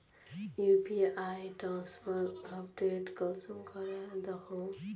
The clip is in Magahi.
यु.पी.आई ट्रांसफर अपडेट कुंसम करे दखुम?